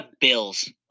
bills